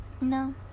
No